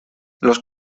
los